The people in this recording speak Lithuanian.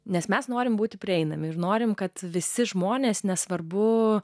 nes mes norime būti prieinami ir norime kad visi žmonės nesvarbu